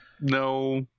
no